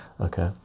Okay